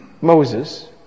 Moses